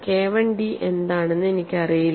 K Iഡി എന്താണെന്ന് എനിക്കറിയില്ല